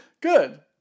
Good